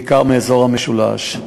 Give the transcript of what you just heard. בעיקר מאזור המשולש.